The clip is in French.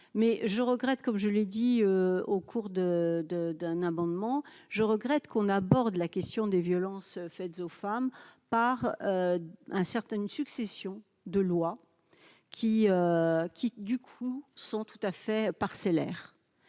mais je regrette, comme je l'ai dit, au cours de, de, d'un amendement, je regrette qu'on aborde la question des violences faites aux femmes, par un certain, une succession de lois qui qui du coup sont tout à fait, parcellaires